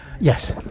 Yes